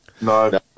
No